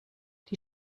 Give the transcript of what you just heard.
die